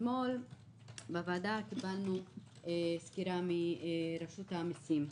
אתמול קיבלנו בוועדה סקירה מרשות המיסים,